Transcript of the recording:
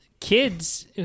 kids